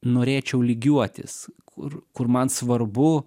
norėčiau lygiuotis kur kur man svarbu